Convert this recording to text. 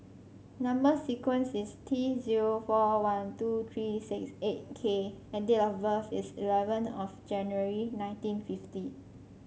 number sequence is T zero four one two three six eight K and date of birth is eleven of January nineteen fifty